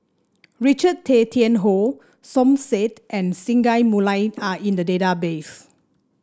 Richard Tay Tian Hoe Som Said and Singai Mukilan are in the database